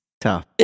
Tough